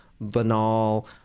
banal